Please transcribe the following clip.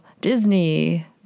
Disney